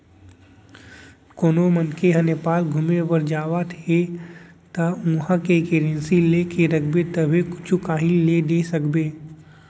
कोनो मनसे ह नेपाल घुमे बर जावत हे ता उहाँ के करेंसी लेके रखबे तभे कुछु काहीं ले दे सकबे